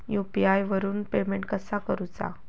UPI वरून payment कसा करूचा?